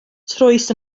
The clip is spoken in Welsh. troes